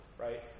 right